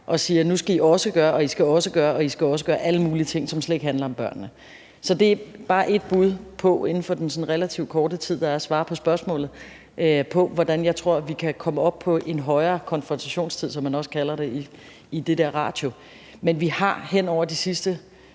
og siger, at nu skal I også gøre, og I skal også gøre, og I skal også gøre, altså alle mulige ting, som slet ikke handler om børnene. Så det er bare et bud på – inden for den relativt korte tid, der er til at svare på spørgsmålet – hvordan jeg tror vi kan komme op på en højere konfrontationstid, som man også kalder det i den der ratio. Men vi har hen over de sidste